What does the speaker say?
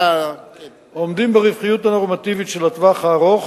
עומדים ברווחיות הנורמטיבית של הטווח הארוך,